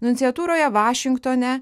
nunciatūroje vašingtone